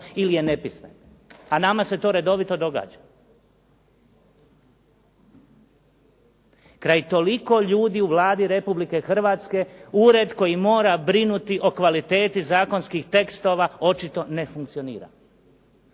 ili je nepismen a nama se to redovito događa. Kraj toliko ljudi u Vladi Republike Hrvatske ured koji mora brinuti o kvaliteti zakonskih tekstova očito ne funkcionira